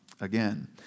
again